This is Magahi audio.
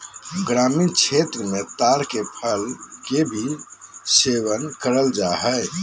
ग्रामीण क्षेत्र मे ताड़ के फल के भी सेवन करल जा हय